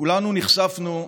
כולנו נחשפנו,